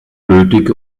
nötig